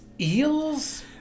eels